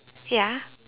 ya